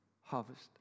Harvest